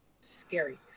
Scary